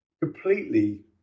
completely